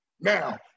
Now